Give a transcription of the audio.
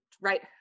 right